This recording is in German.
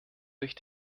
durch